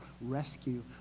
rescue